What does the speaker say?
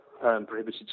prohibited